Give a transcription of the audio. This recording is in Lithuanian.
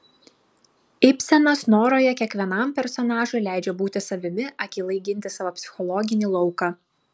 ibsenas noroje kiekvienam personažui leidžia būti savimi akylai ginti savo psichologinį lauką